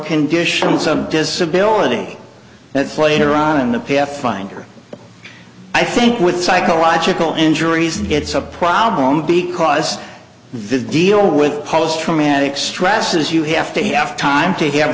condition some disability that's later on in the pathfinder i think with psychological injuries it's a problem because this deal with post traumatic stress is you have to have time to have